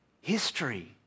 history